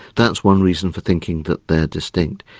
that's one reason for thinking that they are distinct.